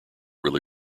really